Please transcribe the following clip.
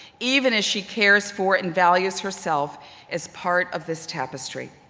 even as she cares for and values herself as part of this tapestry.